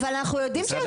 אבל זה לא עובד.